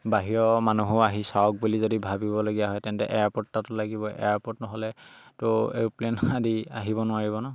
বাহিৰৰ মানুহো আহি চাওক বুলি যদি ভাবিবলগীয়া হয় তেন্তে এয়াৰপৰ্ট' এটাতো লাগিবই এয়াৰপ'ৰ্ট নহ'লেতো এৰোপ্লেন আদি আহিব নোৱাৰিব ন